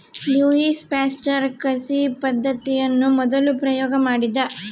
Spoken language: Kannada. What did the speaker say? ಲ್ಯೂಯಿ ಪಾಶ್ಚರ್ ಕಸಿ ಪದ್ದತಿಯನ್ನು ಮೊದಲು ಪ್ರಯೋಗ ಮಾಡಿದ